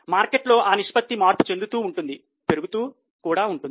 market లో ఈ నిష్పత్తి మార్పు చెందుతూ ఉంటుంది పెరుగుతూ కూడా ఉంటుంది